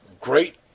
great